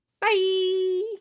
Bye